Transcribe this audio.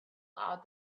out